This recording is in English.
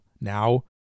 now